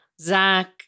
Zach